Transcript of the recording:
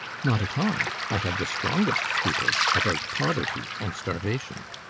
not at all. i had the strongest scruples about poverty and starvation.